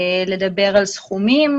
לדבר על סכומים,